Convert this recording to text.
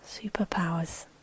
Superpowers